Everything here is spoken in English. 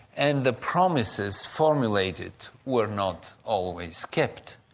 and the promises formulated were not always kept.